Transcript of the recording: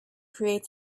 creates